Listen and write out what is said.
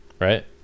right